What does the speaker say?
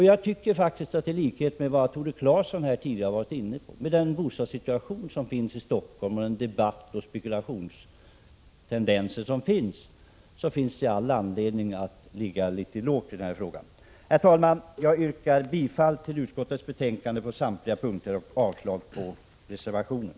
Jag tycker faktiskt att det finns all anledning att ligga lågt i den här frågan med tanke den bostadssituation som vi har i Stockholm och den debatt och de spekulationstendenser som förekommer. Det var också Tore Claeson inne på. Herr talman! Jag yrkar bifall till utskottets hemställan på samtliga punkter och avslag på reservationerna.